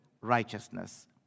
righteousness